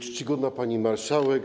Czcigodna Pani Marszałek!